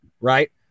right